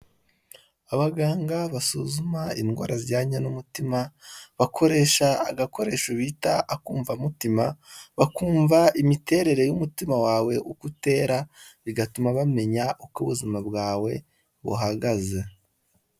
Abaganga basuzuma indwara zijyanye n'umutima bakoresha agakoresho bita akumvamutima, bakumva imiterere y'umutima wawe uko utera, bigatuma bamenya uko ubuzima bwawe buhagaze.